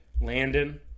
landon